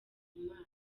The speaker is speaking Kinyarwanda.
mana